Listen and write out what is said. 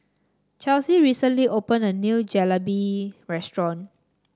Chesley recently opened a new Jalebi restaurant